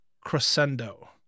Crescendo